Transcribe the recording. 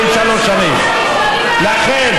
בואו נסכים שאנחנו לא מסכימים ונדבר בצורה שמכבדת אחד את השני,